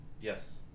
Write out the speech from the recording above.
Yes